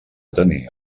tenir